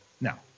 Now